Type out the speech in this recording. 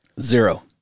Zero